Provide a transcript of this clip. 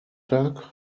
tag